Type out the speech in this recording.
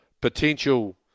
potential